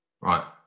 Right